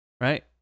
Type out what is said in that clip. right